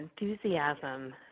enthusiasm